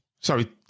sorry